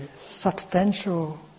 substantial